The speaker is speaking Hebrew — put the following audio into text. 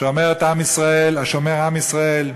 השומר עם ישראל,